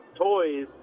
toys